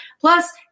Plus